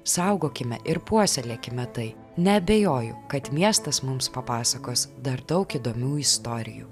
saugokime ir puoselėkime tai neabejoju kad miestas mums papasakos dar daug įdomių istorijų